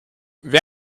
wer